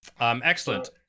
Excellent